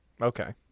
Okay